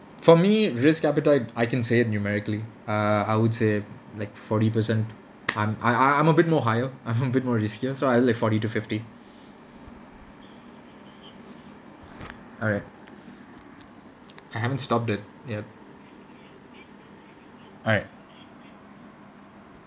for me risk appetite I can say it numerically err I would say like forty percent I'm I I I'm a bit more higher I'm a bit more riskier so I'll say forty to fifty alright I haven't stopped it yet alright